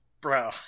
Bro